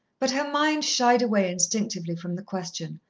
but her mind shied away instinctively from the question,